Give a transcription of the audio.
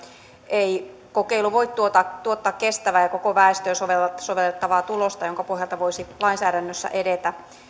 ei kokeilu voi tuottaa kestävää ja koko väestöön sovellettavaa sovellettavaa tulosta jonka pohjalta voisi lainsäädännössä edetä